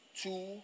two